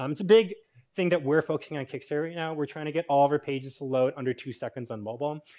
um it's a big thing that we're focusing on kickstarter now. we're trying to get all of our pages to load under two seconds on mobile. um